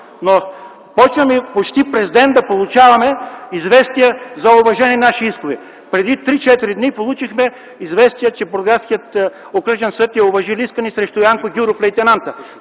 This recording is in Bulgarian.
Започваме почти през ден да получаваме известия за уважени наши искове. Преди 3-4 дни получихме известие, че Бургаският окръжен съд е уважил иска ни срещу Янко Гюров – Лейтенанта,